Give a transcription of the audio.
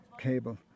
cable